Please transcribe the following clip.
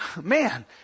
Man